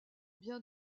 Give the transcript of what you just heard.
bien